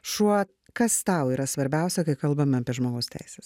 šuo kas tau yra svarbiausia kai kalbame apie žmogaus teises